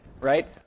right